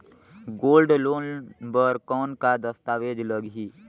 Gold loan बर कौन का दस्तावेज लगही?